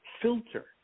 Filter